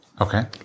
Okay